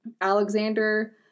Alexander